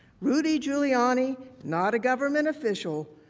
rudy giuliani, not a government official,